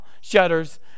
shutters